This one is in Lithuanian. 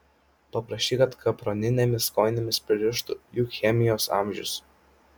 paprašyk kad kaproninėmis kojinėmis pririštų juk chemijos amžius